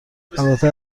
البته